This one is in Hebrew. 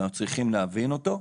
אנחנו צריכים להבין אותו.